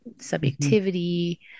subjectivity